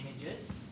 images